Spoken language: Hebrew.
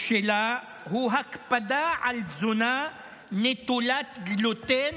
את הסימפטומים שלה הוא הקפדה על תזונה נטולת גלוטן